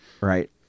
right